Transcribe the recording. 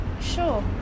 Sure